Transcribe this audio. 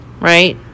right